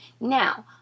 Now